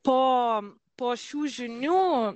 po po šių žinių